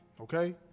Okay